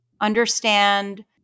understand